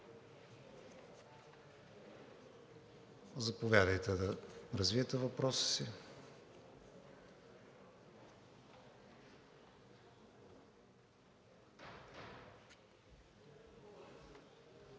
Заповядайте да развиете въпроса си.